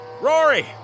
Rory